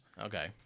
Okay